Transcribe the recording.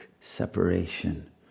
separation